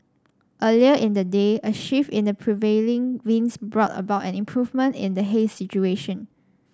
earlier in the day a shift in the prevailing winds brought about an improvement in the haze situation